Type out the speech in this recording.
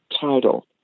title